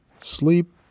Sleep